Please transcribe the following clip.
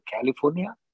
California